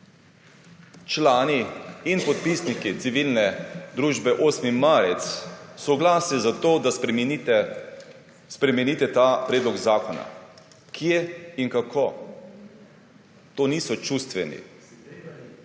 člani in podpisniki civilne družbe 8. marec soglasje za to, da spreminjate ta predlog zakona? Kje in kako? To niso čustveni…